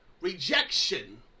rejection